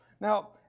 Now